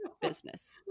business